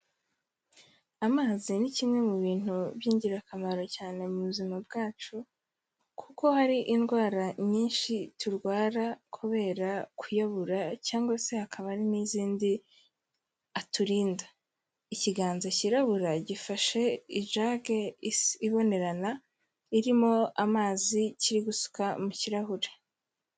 Amazi ni kimwe mu bintu by'ingirakamaro cyane mu buzima bwacu, kuko hari indwara nyinshi turwara kubera kuyabura cyangwa se hakaba ari n'izindi aturinda, ikiganza kirabura gifashe ijage isi ibonerana irimo amazi kiri gusuka mu kirahure.